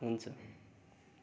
हुन्छ